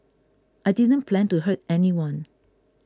a didn't plan to hurt anyone